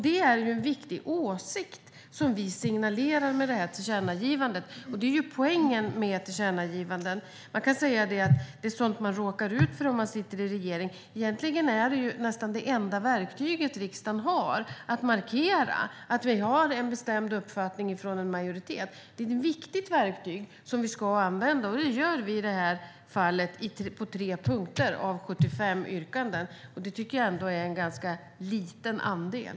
Det är en viktig åsikt som vi signalerar med det här tillkännagivandet, och det är poängen med tillkännagivanden. Man kan säga att det här är sådant som man råkar ut för om man sitter i regering. Egentligen är tillkännagivanden nästan det enda verktyg som riksdagen har för att markera att vi har en bestämd uppfattning från en majoritet. Det är ett viktigt verktyg som vi ska använda, och det gör vi i det här fallet på 3 punkter av 75 yrkanden. Det tycker jag ändå är en ganska liten andel.